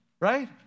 right